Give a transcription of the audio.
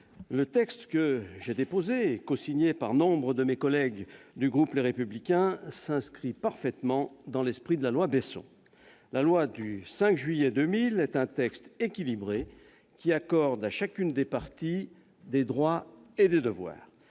Le texte que j'ai déposé et qui a été cosigné par nombre de mes collègues du groupe Les Républicains s'inscrit parfaitement dans l'esprit de la loi Besson du 5 juillet 2000, qui est un texte équilibré, accordant à chacune des parties des droits et devoirs